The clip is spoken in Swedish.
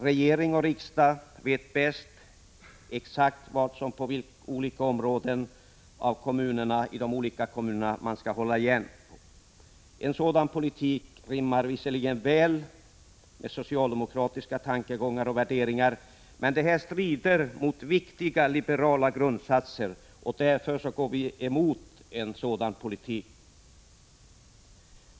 Regering och riksdag vet bäst, exakt vad som skall göras och på vilka områden som de olika kommunerna skall hålla igen. En sådan politik rimmar visserligen väl med socialdemokratiska tankegångar och värderingar, men den strider mot viktiga liberala grundsatser. Därför går vi emot denna politik.